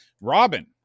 Robin